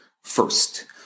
First